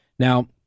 Now